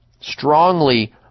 strongly